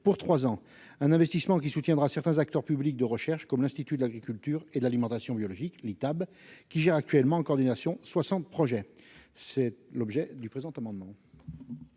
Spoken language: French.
pour 3 ans, un investissement qui soutiendra certains acteurs publics de recherche, comme l'institut de l'agriculture et l'alimentation biologique les étape qui gère actuellement coordination 60 projets, c'est l'objet du présent amendement.